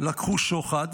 לקחו שוחד.